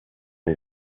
his